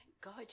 God